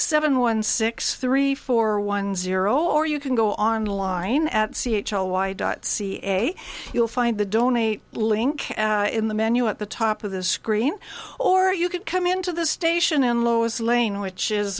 seven one six three four one zero or you can go online at c h o y dot ca you'll find the donate link in the menu at the top of the screen or you could come into the station and lois lane which is